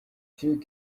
through